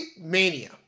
mania